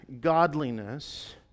godliness